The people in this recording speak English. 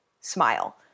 smile